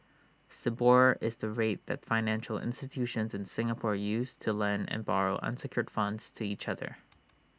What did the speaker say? Sibor is the rate that financial institutions in Singapore use to lend and borrow unsecured funds to each other